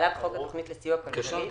חוק התכנית לסיוע כלכלי),